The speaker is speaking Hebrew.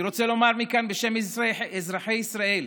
אני רוצה לומר מכאן בשם אזרחי ישראל,